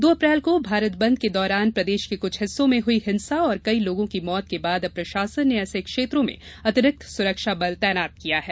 दो अप्रैल को भारत बंद के दौरान प्रदेश के कुछ हिस्सों में हुई हिंसा और कई लोगों की मौत के बाद अब प्रशासन ने ऐसे क्षेत्रों में अतिरिक्त सुरक्षा बल तैनात किया है